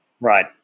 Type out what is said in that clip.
Right